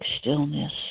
stillness